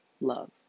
love